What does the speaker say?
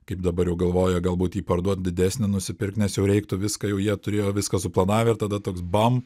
kaip dabar jau galvoja galbūt jį parduot didesnį nusipirkt nes jau reiktų viską jau jie turėjo viską suplanavę ir tada toks bam